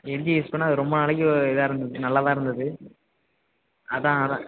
LG use பண்ணன் அது ரொம்ப நாளைக்கு இதாக இருந்துது நல்லா தான் இருந்துது அதான் அதை